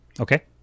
Okay